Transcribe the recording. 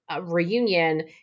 reunion